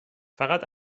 فقط